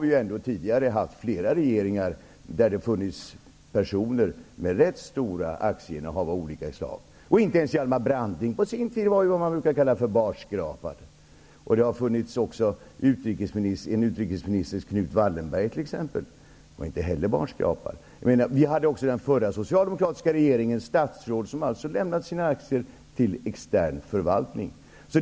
Det har tidigare funnits flera regeringar där personer har haft rätt stora aktieinnehav av olika slag. Inte ens Hjalmar Branting på sin tid var barskrapad. Det fanns en utrikesminister som hette Knut Wallenberg som inte heller var barskrapad. I den förra socialdemokratiska regeringen fanns också statsråd som lämnade sina aktier till extern förvaltning.